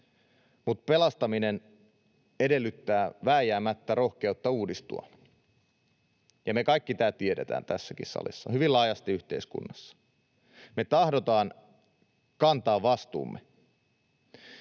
Mutta pelastaminen edellyttää vääjäämättä rohkeutta uudistua, ja me kaikki tämä tiedetään tässäkin salissa ja hyvin laajasti yhteiskunnassa. Me tahdotaan kantaa vastuumme,